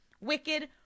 Wicked